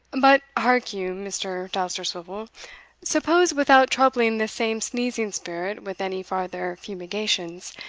but, hark you, mr. dousterswivel suppose, without troubling this same sneezing spirit with any farther fumigations,